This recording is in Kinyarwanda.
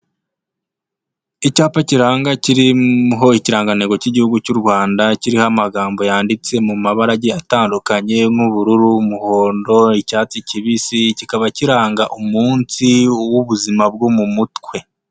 Icyapa kiranga kiriho ikirangantego cy'igihugu cy'u Rwanda kiriho amagambo yanditse mu mabarage agiye atandukanye, nk'ubururu, umuhondo, icyatsi kibisi, kikaba kiranga umunsi w'ubuzima bwo mu mutwe.